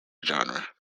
genre